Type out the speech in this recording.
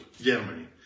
Germany